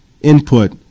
input